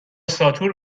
ساتور